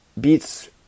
beats